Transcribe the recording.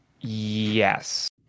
Yes